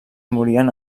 morien